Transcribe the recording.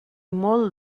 molt